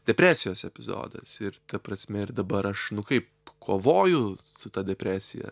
depresijos epizodas ir ta prasme ir dabar aš nu kaip kovoju su ta depresija